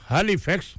Halifax